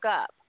up